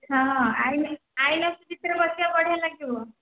ହଁ ଆଇନକ୍ସ ଭିତରେ ବସିବା ବଢ଼ିଆ ଲାଗିବ